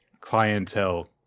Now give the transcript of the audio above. clientele